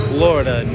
Florida